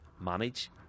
manage